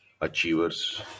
achievers